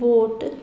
boat